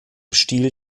stil